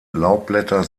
laubblätter